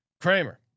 Kramer